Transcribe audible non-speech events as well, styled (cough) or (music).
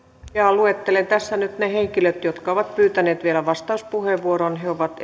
luettelen tässä nyt ne henkilöt jotka ovat pyytäneet vielä vastauspuheenvuoron he ovat (unintelligible)